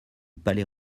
palais